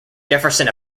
jefferson